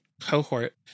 cohort